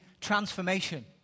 transformation